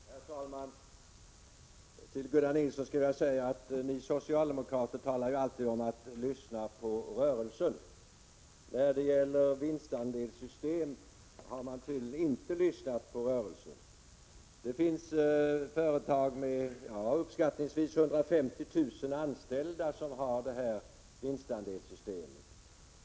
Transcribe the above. Herr talman! Till Gunnar Nilsson skulle jag vilja säga att ni socialdemokrater alltid talar om att lyssna på rörelsen. När det gäller vinstandelssystem har man tydligen inte gjort det. Det finns företag med uppskattningsvis 150 000 anställda som infört vinstandelssystem.